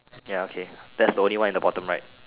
ya okay that's the only one in the bottom right